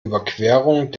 überquerung